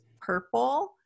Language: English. purple